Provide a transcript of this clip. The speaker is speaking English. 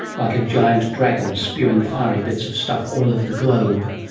like a giant dragon spewing fiery bits of stuff all over the globe.